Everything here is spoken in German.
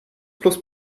plus